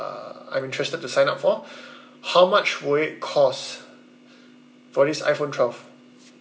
uh I'm interested to sign up for how much will it cost for this iphone twelve